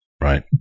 Right